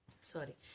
sorry